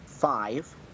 Five